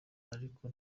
ariko